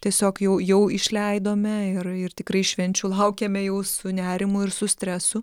tiesiog jau jau išleidome ir ir tikrai švenčių laukiame jau su nerimu ir su stresu